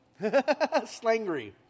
Slangry